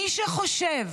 מי שחושב